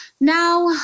Now